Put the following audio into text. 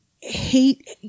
hate